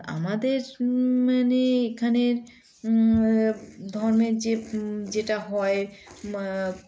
আমাদের মানে এখানের ধর্মের যে যেটা হয়